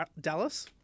Dallas